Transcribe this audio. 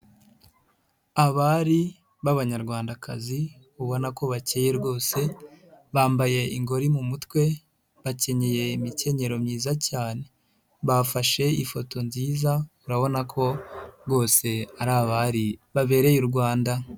Abari b'Abanyarwandakazi, ubona ko bacyeye rwose, bambaye ingori mu mutwe, bakenyeye imikenyero myiza cyane, bafashe ifoto nziza, urabona ko rwose ari abari babereye u Rwanda.